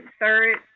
third